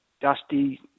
Dusty